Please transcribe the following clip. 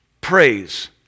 praise